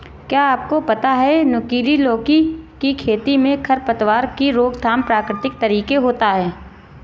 क्या आपको पता है नुकीली लौकी की खेती में खरपतवार की रोकथाम प्रकृतिक तरीके होता है?